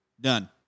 Done